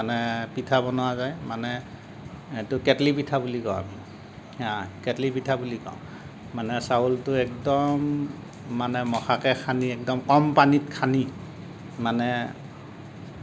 মানে পিঠা বনোৱা যায় মানে এইটো কেটলি পিঠা বুলি কওঁ আমি কেটলি পিঠা বুলি কওঁ মানে চাউলটো একদম মানে মহাকে সানি একদম কম পানীত সানি মানে